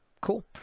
cool